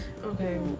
Okay